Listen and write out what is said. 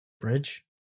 Bridge